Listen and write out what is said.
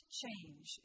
change